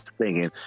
singing